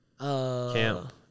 camp